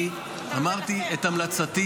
אני אמרתי את המלצתי